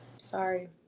Sorry